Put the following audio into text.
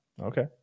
okay